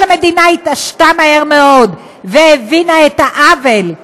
אבל המדינה התעשתה מהר מאוד, והבינה את העוול,